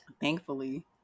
Thankfully